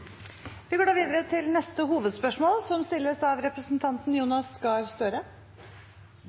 Vi går videre til neste hovedspørsmål.